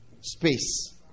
space